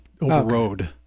overrode